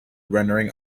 rendering